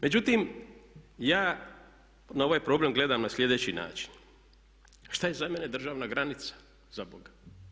Međutim, ja na ovaj problem gledam na sljedeći način, što je za mene državna granica zaboga?